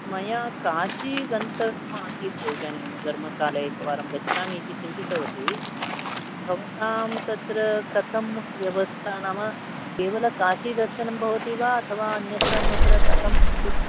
मया काशी गन्तव्यम् आसीत् इदानीं गर्मकाले एकवारं गच्छामि इति चिन्तितवती भवतां तत्र कथं व्यवस्था नाम केवल काशीदर्शनं भवति वा अथवा अन्यत्र अन्यत्र कथम् अस्ति